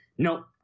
No